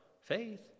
faith